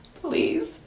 Please